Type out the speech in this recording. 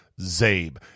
zabe